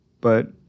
but-